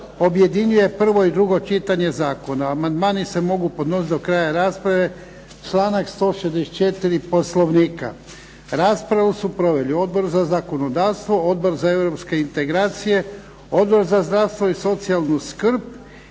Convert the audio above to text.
objedinjuje prvo i drugo čitanje Zakona. Amandmani se mogu podnositi do kraja rasprave, članak 164. Poslovnika. Raspravu su proveli Odbor za zakonodavstvo, Odbor za europske integracije, Odbor za zdravstvo i socijalnu skrb.